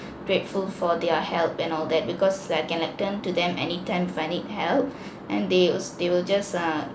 grateful for their help and all that because like I can like turn to them anytime if I need help and they also they will just err